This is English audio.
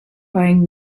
wearing